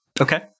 Okay